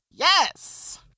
Yes